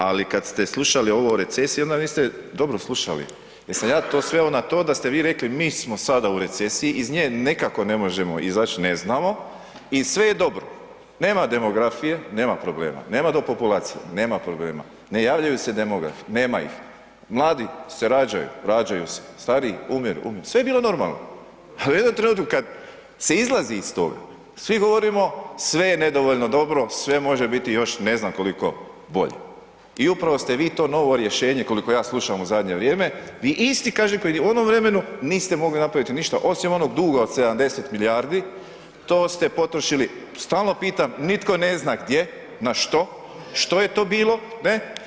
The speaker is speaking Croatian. Ali kad ste slušali ovo o recesiji onda niste dobro slušali jer sam ja to sveo na to da ste vi rekli mi smo sada u recesiji, iz nje nikako ne možemo izać, ne znamo i sve je dobro, nema demografije, nema problema, nema do populacije, nema problema, ne javljaju se demografi, nema ih, mladi se rađaju, rađaju se, stariju umiru, umiru, sve je bilo normalno, al u jednom trenutku kad se izlazi iz toga svi govorimo sve je nedovoljno dobro, sve može biti još ne znam koliko bolje i upravo ste vi to novo rješenje koliko ja slušam u zadnje vrijeme, vi isti kažem koji ni u onom vremenu niste mogli napraviti ništa osim onog duga od 70 milijardi, to ste potrošili, stalno pitam, nitko ne zna gdje, na što, što je to bilo, ne?